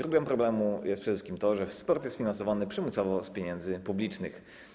Źródłem problemu jest przede wszystkim to, że sport jest finansowany przymusowo z pieniędzy publicznych.